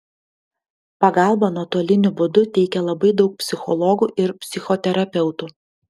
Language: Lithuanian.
pagalbą nuotoliniu būdu teikia labai daug psichologų ir psichoterapeutų